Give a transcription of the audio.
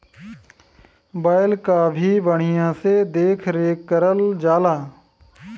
बैल क भी बढ़िया से देख रेख करल जाला